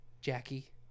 Jackie